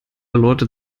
leute